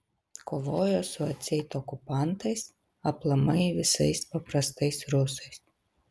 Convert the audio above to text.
kovojo su atseit okupantais aplamai visais paprastais rusais